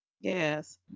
Yes